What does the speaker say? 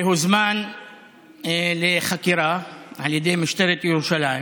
שהוזמן לחקירה על ידי משטרת ירושלים